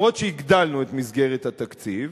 אף שהגדלנו את מסגרת התקציב,